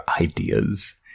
ideas